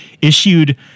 issued